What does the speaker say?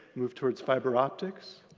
move towards fiber optics.